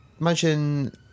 imagine